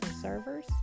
servers